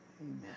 Amen